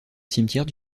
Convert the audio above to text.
cimetière